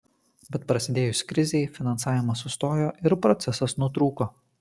bet prasidėjus krizei finansavimas sustojo ir procesas nutrūko